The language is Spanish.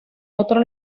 otro